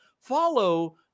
follow